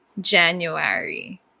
January